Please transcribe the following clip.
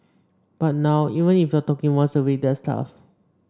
but now even if you're talking once a week that's tough